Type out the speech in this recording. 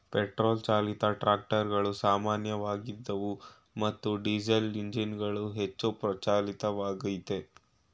petrol ಚಾಲಿತ ಟ್ರಾಕ್ಟರುಗಳು ಸಾಮಾನ್ಯವಾಗಿದ್ವು ಮತ್ತು ಡೀಸೆಲ್ಎಂಜಿನ್ಗಳು ಹೆಚ್ಚು ಪ್ರಚಲಿತವಾಗಯ್ತೆ